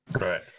Right